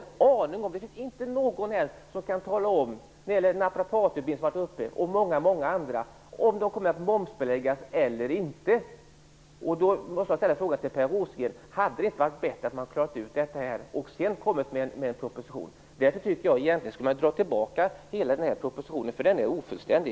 Kan någon här tala om huruvida naprapatutbildningen, bland många andra, kommer att momsbeläggas eller inte? Låt mig till Per Rosengren ställa frågan om det inte hade varit bättre att man först hade klarat ut detta och sedan hade lagt fram en proposition. Egentligen skulle man dra tillbaka hela den här propositionen, eftersom den är ofullständig.